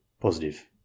positive